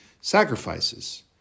sacrifices